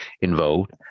involved